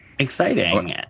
Exciting